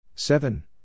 Seven